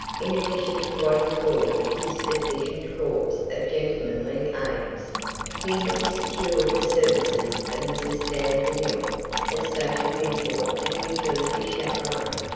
in addition to what he called his efficient corps of gentlemanly aids he had secured the services of mrs. dan demille as social mentor and utility chaperon.